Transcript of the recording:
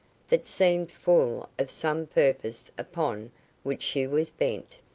that seemed full of some purpose upon which she was bent.